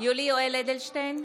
יולי יואל אדלשטיין,